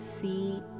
see